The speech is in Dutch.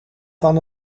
van